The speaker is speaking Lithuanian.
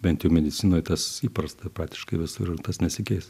bent jau medicinoj tas įprasta praktiškai visur tas nesikeis